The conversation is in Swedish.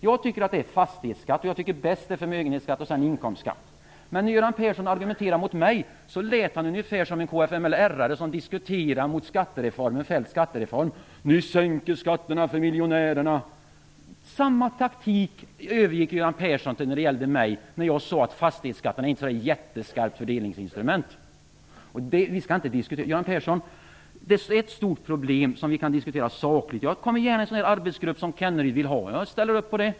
Jag tycker att rangordningen är fastighetsskatten, förmögenhetsskatten och sedan inkomstskatten. Men när Göran Persson argumenterade mot mig lät det ungefär som när KFMLR-arna diskuterade Feldts skattereform - Ni sänker skatterna för miljonärerna. Samma taktik övergick Göran Persson till när jag sade att fastighetsskatten inte är ett så där jätteskarpt fördelningsinstrument. Detta är ett stort problem som vi kan diskutera sakligt. Jag deltar gärna i en sådan arbetsgrupp som Rolf Kenneryd efterfrågar. Jag ställer upp på det.